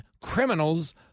criminals